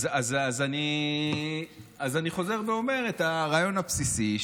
אני חוזר ואומר את הרעיון הבסיסי.